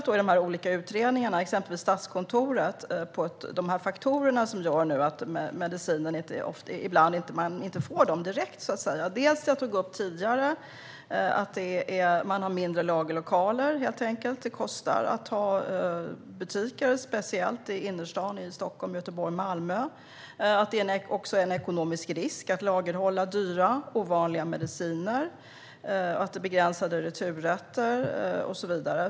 De olika utredningarna, exempelvis Statskontorets, har tagit upp de faktorer som nu gör att man ibland inte får medicinen direkt. Som jag tog upp tidigare har man mindre lagerlokaler. Det kostar att ha butiker, speciellt i innerstaden i Stockholm, Göteborg och Malmö. Det innebär en ekonomisk risk att lagerhålla dyra och ovanliga mediciner, det är begränsade returrätter och så vidare.